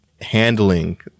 handling